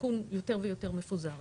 הסיכון יותר ויותר מפוזר.